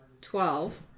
Twelve